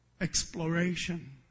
exploration